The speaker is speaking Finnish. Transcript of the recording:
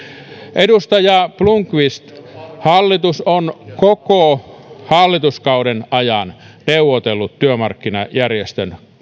edustaja blomqvist hallitus on koko hallituskauden ajan neuvotellut työmarkkinajärjestöjen